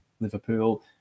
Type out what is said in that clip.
Liverpool